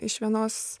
iš vienos